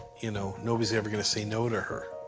you know, nobody's ever going to say no to her.